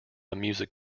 music